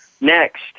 next